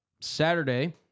Saturday